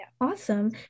Awesome